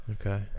Okay